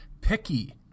picky